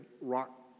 rock